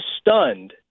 stunned